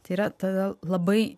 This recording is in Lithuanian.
tai yra tave labai